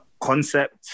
concept